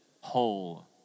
whole